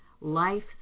life